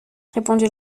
répondit